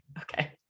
Okay